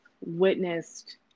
witnessed